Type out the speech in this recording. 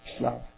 love